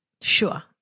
Sure